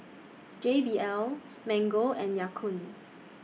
J B L Mango and Ya Kun